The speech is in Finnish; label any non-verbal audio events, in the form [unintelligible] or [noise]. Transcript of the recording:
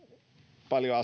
paljon [unintelligible]